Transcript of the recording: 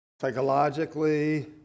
psychologically